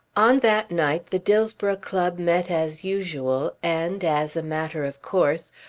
on that night the dillsborough club met as usual and, as a matter of course,